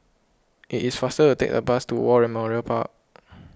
it is faster to take the bus to War Memorial Park